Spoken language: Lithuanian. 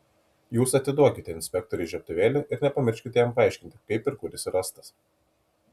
jūs atiduokite inspektoriui žiebtuvėlį ir nepamirškite jam paaiškinti kaip ir kur jis rastas